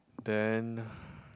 then